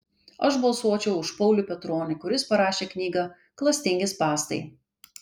aš balsuočiau už paulių petronį kuris parašė knygą klastingi spąstai